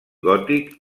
gòtic